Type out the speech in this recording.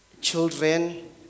children